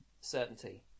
certainty